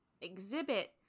exhibit